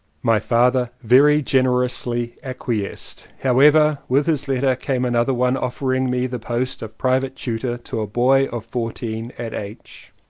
my father very generously acquiesced. how ever with his letter came another one of fering me the post of private tutor to a boy of fourteen at h.